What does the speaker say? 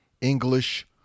English